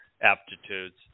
aptitudes